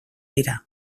dira